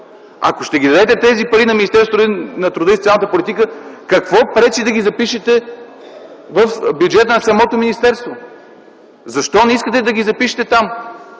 Ако ще дадете тези пари на Министерството на труда и социалната политика, какво пречи да ги запишете в бюджета на самото министерство? Защо не искате да ги запишете там?